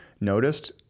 noticed